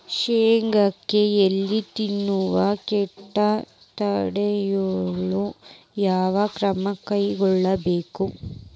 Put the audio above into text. ಶೇಂಗಾಕ್ಕೆ ಎಲೆ ತಿನ್ನುವ ಕೇಟ ತಡೆಯಲು ಯಾವ ಕ್ರಮ ಕೈಗೊಳ್ಳಬೇಕು?